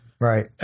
Right